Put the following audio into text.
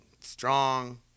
strong